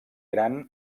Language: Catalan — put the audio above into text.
gran